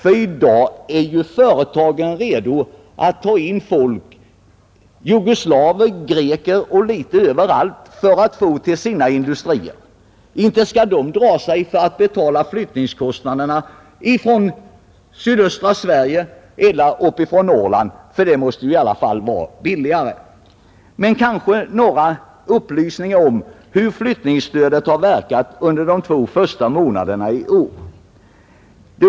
I dag är ju företagen beredda att ta hit folk från Jugoslavien, Grekland och en hel del andra länder för att täcka sitt behov av arbetskraft. Inte skulle dessa företag dra sig för att betala kostnaderna för flyttning från sydöstra Sverige eller från Norrland — detta måste ju ändå bli billigare än att ta in arbetskraft från andra länder. Jag skall ge några upplysningar om hur flyttningsstödet verkat under de två första månaderna i år.